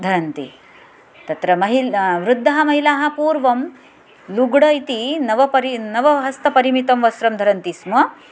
धरन्ति तत्र महिलाः वृद्धाः महिलाः पूर्वं लुग्ड इति नवपरि नवहस्तपरिमितं वस्त्रं धरन्ति स्म